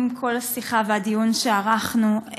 עם כל השיחה והדיון שערכנו,